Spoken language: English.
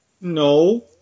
No